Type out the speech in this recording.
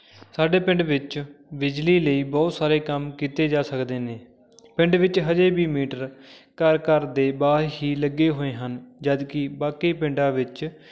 ਸਾਡੇ ਪਿੰਡ ਵਿੱਚ ਬਿਜਲੀ ਲਈ ਬਹੁਤ ਸਾਰੇ ਕੰਮ ਕੀਤੇ ਜਾ ਸਕਦੇ ਨੇ ਪਿੰਡ ਵਿੱਚ ਹਜੇ ਵੀ ਮੀਟਰ ਘਰ ਘਰ ਦੇ ਬਾਹਰ ਹੀ ਲੱਗੇ ਹੋਏ ਹਨ ਜਦਕਿ ਬਾਕੀ ਪਿੰਡਾਂ ਵਿੱਚ